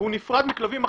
והוא בנפרד מכלבים אחרים,